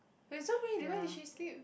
where somebody did where did she sleep